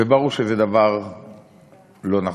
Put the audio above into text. וברור שזה דבר לא נכון.